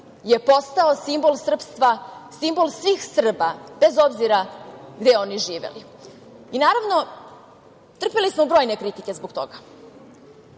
je postao simbol srpstva, simbol svih Srba, bez obzira gde oni živeli. Naravno, trpeli smo brojne kritike zbog toga,